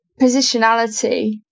positionality